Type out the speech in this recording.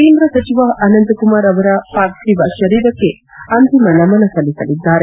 ಕೇಂದ್ರ ಸಚಿವ ಅನಂತ ಕುಮಾರ್ ಅವರ ಪಾರ್ಥಿವ ಶರೀರಕ್ಷೆ ಅಂತಿಮ ನಮನ ಸಲ್ಲಿಸಲಿದ್ದಾರೆ